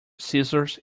scissors